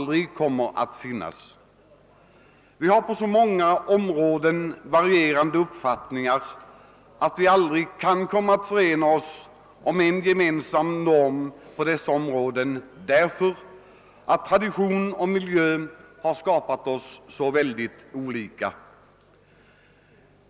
Vi har på många områden så varierande uppfattningar att vi aldrig kan komma att ena oss om en gemensam norm på detta, därför att traditionen och miljön har gjort oss så oerhört olika.